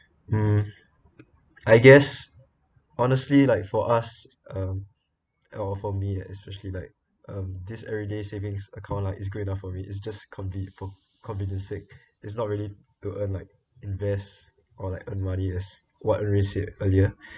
mm I guess honestly like for us um or for me especially like um this everyday savings account like it's great enough for me it's just conve~ for convenience sake it's not really to earn like invest or like earn money as what ray said earlier